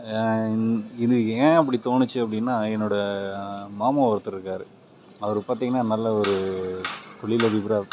ஏன் இது ஏன் அப்படி தோணுச்சு அப்படினா என்னோடய மாமா ஒருத்தர் இருக்கார் அவர் பார்த்திங்கனா நல்ல ஒரு தொழில் அதிபராக